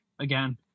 again